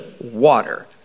water